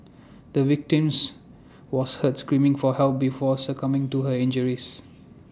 the victims was heard screaming for help before succumbing to her injuries